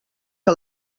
que